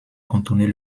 contourner